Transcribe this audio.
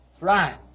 right